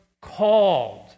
called